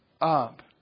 up